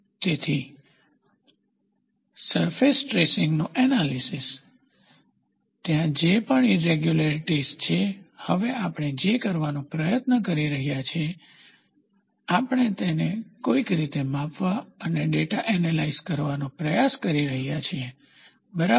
તેથી surface traces નું analysis તેથી ત્યાં જે પણ ઈરેગ્યુલારીટીઝ છે હવે આપણે જે કરવાનો પ્રયાસ કરી રહ્યા છીએ તે છે આપણે તેને કોઈક રીતે માપવા અને ડેટા એનેલાઇઝ કરવાનો પ્રયાસ કરી રહ્યા છીએ બરાબર